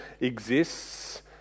exists